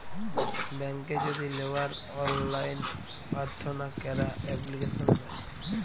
ব্যাংকে যদি লেওয়ার অললাইন পার্থনা ক্যরা এপ্লিকেশন দেয়